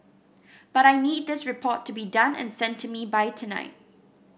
but I need this report to be done and sent to me by tonight